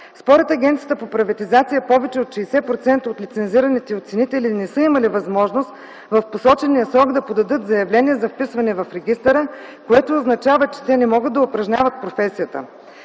Според Агенцията по приватизация, повече от 60% от лицензираните оценители не са имали възможност в посочения срок да подадат заявления за вписване в регистъра, което означава, че те не могат да упражняват професията.